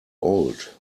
old